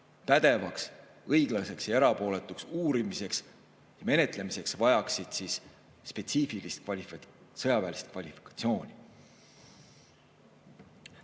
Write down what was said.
pädevaks, õiglaseks ja erapooletuks uurimiseks ja menetlemiseks on vaja spetsiifilist sõjaväelist kvalifikatsiooni.